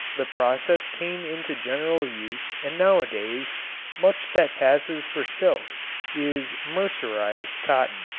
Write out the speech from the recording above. the process came into general use and nowadays much that passes for silk is mercerized cotton.